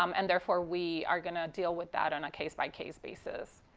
um and therefore, we are going to deal with that on a case by case basis.